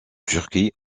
turquie